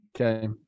Okay